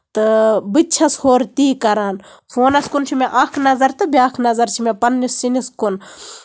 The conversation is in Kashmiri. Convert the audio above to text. تہٕ بہٕ تہِ چھَس ہورٕ تی کران فونَس کُن چھِ مےٚ اکھ نَظر تہٕ بیاکھ نَظر چھِ مےٚ پَنٕنِس سِنِس کُن